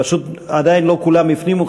פשוט עדיין לא כולם הפנימו.